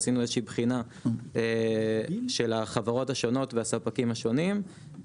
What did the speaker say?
עשינו איזושהי בחינה של החברות השונות ושל הספקים השונים,